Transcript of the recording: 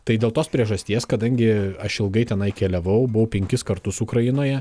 tai dėl tos priežasties kadangi aš ilgai tenai keliavau buvau penkis kartus ukrainoje